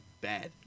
bad